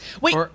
Wait